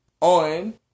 on